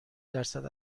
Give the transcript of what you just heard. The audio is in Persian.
درصد